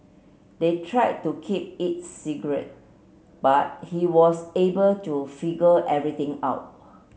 they tried to keep it secret but he was able to figure everything out